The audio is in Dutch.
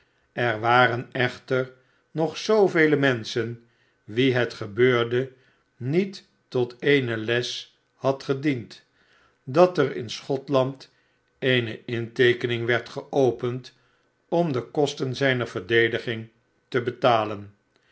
er waren echter nog zoovele menschen wien het gebeurde niet tot eene les had gediend dat er in schotlandeene inteekening werd geopend om de kosten zijner verdediging te betalen